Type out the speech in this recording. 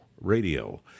Radio